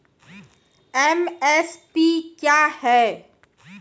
MSP क्या है?